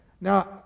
Now